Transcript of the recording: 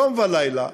יום ולילה,